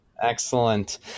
Excellent